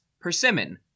persimmon